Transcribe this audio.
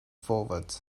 forward